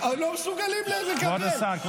אבל הם לא מסוגלים לקבל את האמת.